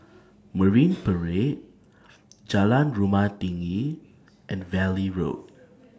Marine Parade Jalan Rumah Tinggi and Valley Road